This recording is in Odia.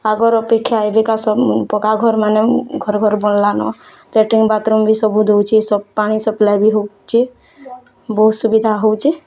ଆଗର୍ ଅପେକ୍ଷା ଏବେକା ପକ୍କାଘରମାନେ ଘର୍ ଘର୍ ବନଲାନ ଲାଟିନ୍ ବାଥ୍ରୁମ୍ ବି ସବୁ ଦେଉଛି ସବ୍ ପାଣି ସପ୍ଲାଏ ବି ହେଉଛି ବହୁତ୍ ସୁବିଧା ହେଉଛି